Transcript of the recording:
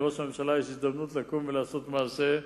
לראש הממשלה יש הזדמנות לקום ולעשות מעשה,